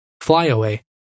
Flyaway